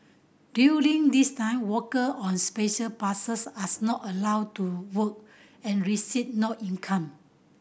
during this time worker on Special Passes as not allowed to work and receive no income